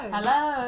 Hello